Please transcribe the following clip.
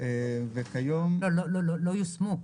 לא יושמו.